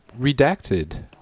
redacted